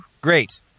Great